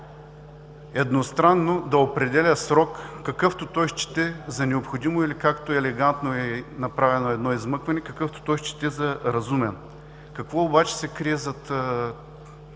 едностранно да определя срок, какъвто той счете за необходимо или както елегантно е направено едно измъкване – какъвто той счете за разумен. Какво обаче се крие зад това